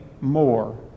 more